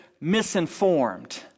misinformed